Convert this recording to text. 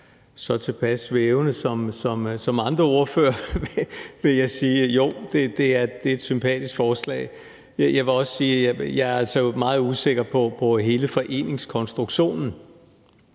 er tilpas svævende som andre ordføreres, vil jeg sige, at jo, det er et sympatisk forslag. Jeg vil altså også sige, at jeg er meget usikker på hele foreningskonstruktionen.